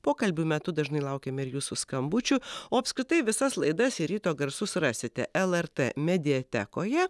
pokalbių metu dažnai laukiame ir jūsų skambučių o apskritai visas laidas ir ryto garsus rasite lrt mediatekoje